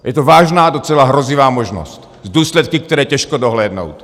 Je to vážná a docela hrozivá možnost s důsledky, které je těžké dohlédnout.